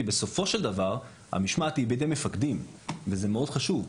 כי בסופו של דבר המשמעת היא בידי מפקדים וזה מאוד חשוב.